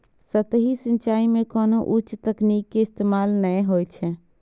सतही सिंचाइ मे कोनो उच्च तकनीक के इस्तेमाल नै होइ छै